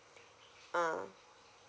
ah